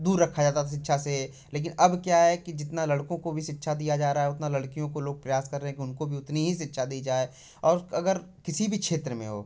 दूर रखा जाता शिक्षा से लेकिन अब क्या है कि जितना लड़कों को भी शिक्षा दिया जा रहा है उतना लड़कियों को लोग प्रयास कर रहे हैं कि उनको भी उतनी ही शिक्षा दी जाए और अगर किसी भी क्षेत्र में हो